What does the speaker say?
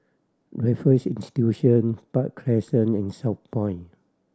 Raffles Institution Park Crescent and Southpoint